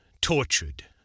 tortured